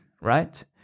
right